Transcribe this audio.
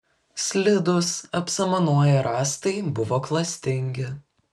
slidūs apsamanoję rąstai buvo klastingi